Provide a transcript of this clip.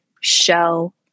show